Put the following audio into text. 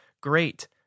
Great